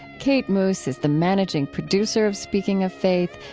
kate moos is the managing producer of speaking of faith,